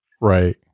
Right